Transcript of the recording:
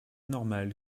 normal